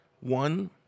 One